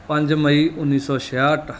ਪੰਜ ਮਈ ਉੱਨੀ ਸੌ ਛਿਆਹਟ